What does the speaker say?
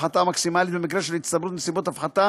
ההפחתה המקסימלית במקרה של הצטברות נסיבות הפחתה